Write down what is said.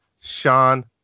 sean